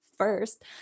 first